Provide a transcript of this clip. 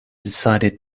decided